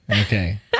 Okay